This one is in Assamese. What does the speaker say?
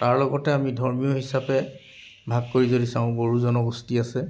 তাৰ লগতে আমি ধৰ্মীয় হিচাপে ভাগ কৰি যদি চাওঁ বড়ো জনগোষ্ঠী আছে